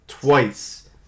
Twice